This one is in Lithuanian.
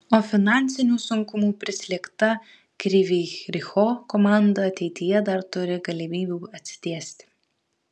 o finansinių sunkumų prislėgta kryvyj riho komanda ateityje dar turi galimybių atsitiesti